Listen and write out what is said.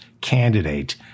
candidate